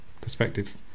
perspective